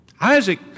Isaac